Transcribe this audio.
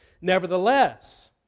Nevertheless